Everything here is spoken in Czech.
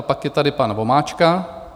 Pak je tady pan Vomáčka.